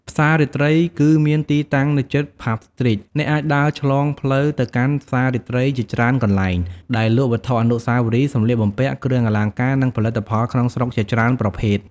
ផ្សាររាត្រី គឺមានទីតាំងនៅជិត ផាប់ ស្ទ្រីត អ្នកអាចដើរឆ្លងផ្លូវទៅកាន់ផ្សាររាត្រីជាច្រើនកន្លែង ដែលលក់វត្ថុអនុស្សាវរីយ៍ សម្លៀកបំពាក់ គ្រឿងអលង្ការ និងផលិតផលក្នុងស្រុកជាច្រើនប្រភេទ។